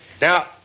Now